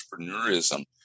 entrepreneurism